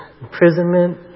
imprisonment